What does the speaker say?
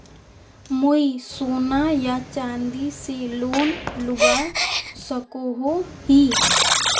मुई सोना या चाँदी से लोन लुबा सकोहो ही?